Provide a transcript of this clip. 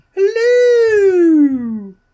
hello